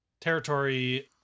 Territory